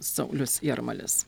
saulius jarmalis